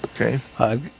Okay